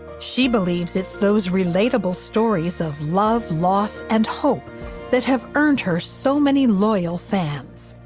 she believes it's those relatable stories of love, loss and hope that have earned her so many loyal fans.